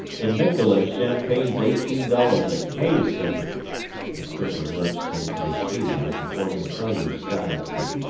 in miquelon champagne's eighteen dollars a case and the skipper lurched into his seat as an organ-prelude silenced him.